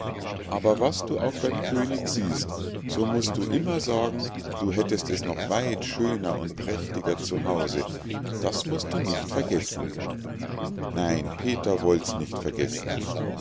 aber was du auch beim könig siehst so musst du immer sagen du hättest es noch weit schöner und prächtiger zu hause das musst du nicht vergessen nein peter wollt's nicht vergessen